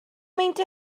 meindio